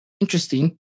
interesting